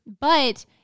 But-